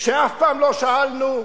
שאף פעם לא שאלנו,